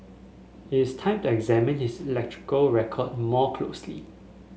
it is time to examine his electoral record more closely